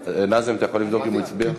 נאזם, אתה יכול לבדוק אם הצביע?